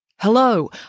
Hello